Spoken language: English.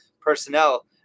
personnel